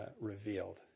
revealed